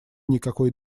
никакой